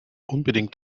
unbedingt